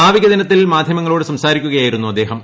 നാവിക ദിനത്തിൽ മാധ്യമങ്ങളോട് സംസാരിക്കുകയായിരുന്നു അദ്ദേഹം